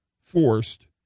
forced